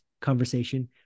conversation